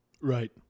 right